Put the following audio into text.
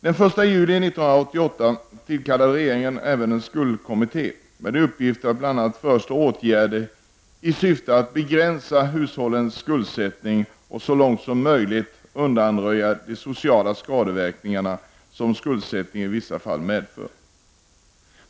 Den 1 juli 1988 tillkallade regeringen även en skuldkommitté med uppgift att bl.a. föreslå åtgärder i syfte att begränsa hushållens skuldsättning och så långt som möjligt undanröja de sociala skadeverkningar som skuldsättning i vissa fall medför.